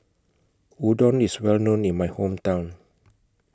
Udon IS Well known in My Hometown